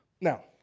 Now